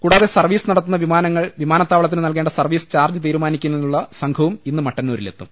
കൂടാതെ സർവ്വീസ് നടത്തുന്ന വിമാനങ്ങൾ വിമാനത്താവള ത്തിനു നൽകേണ്ട സർവ്വീസ് ചാർജ്ജ് തീരുമാനിക്കുന്നതിനുള്ള സംഘവും ഇന്ന് മട്ടന്നൂരിലെത്തും